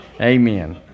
Amen